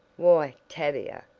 why, tavia,